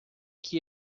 que